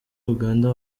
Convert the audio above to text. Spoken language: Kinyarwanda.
uganda